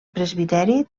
presbiteri